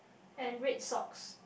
and red socks